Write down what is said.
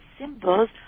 symbols